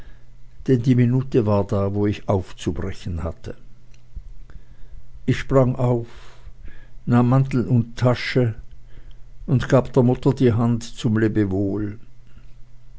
denn die minute war da wo ich aufzubrechen hatte ich sprang auf nahm mantel und tasche und gab der mutter die hand zum lebewohl